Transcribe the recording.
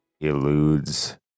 eludes